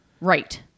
Right